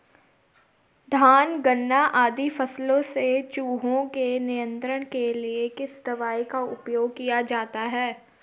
धान गन्ना आदि फसलों में चूहों के नियंत्रण के लिए किस दवाई का उपयोग किया जाता है?